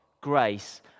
grace